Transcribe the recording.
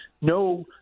no